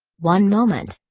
one moment.